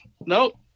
nope